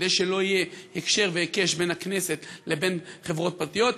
כדי שלא יהיה הקשר והיקש בין הכנסת לבין חברות פרטיות,